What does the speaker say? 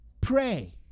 pray